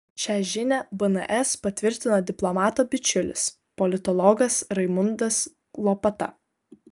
šią žinią bns patvirtino diplomato bičiulis politologas raimundas lopata